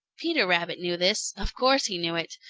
peter rabbit knew this. of course he knew it.